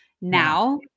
now